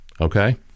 okay